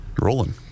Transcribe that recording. Rolling